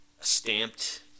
stamped